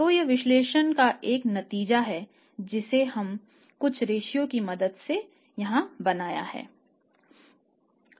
तो यह विश्लेषण का एक नतीजा है जिसे हमने कुछ रेश्योज की मदद से यहां बनाया है